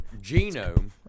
genome